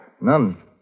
None